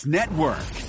Network